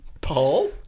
Paul